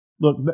Look